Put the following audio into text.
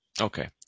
Okay